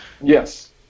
Yes